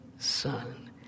Son